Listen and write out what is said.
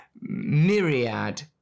myriad